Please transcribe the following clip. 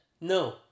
No